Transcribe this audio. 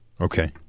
Okay